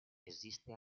esiste